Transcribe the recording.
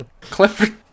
Clifford